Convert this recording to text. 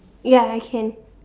ya I can